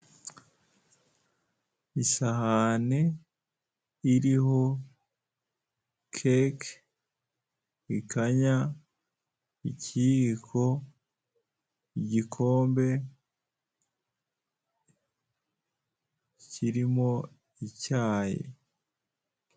Isahane iriho keke, ikanya, ikiyiko, igikombe kirimo icyayi.